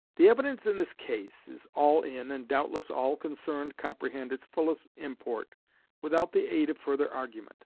the evidence in this case is all in, and doubtless all concerned comprehend its fullest import without the aid of further argument.